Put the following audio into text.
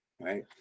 right